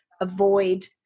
avoid